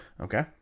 Okay